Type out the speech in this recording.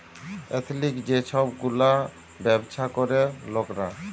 এথলিক যে ছব গুলা ব্যাবছা ক্যরে লকরা